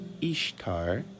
Ishtar